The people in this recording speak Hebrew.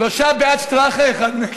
שלושה בעד שטראכה, אחד נגד.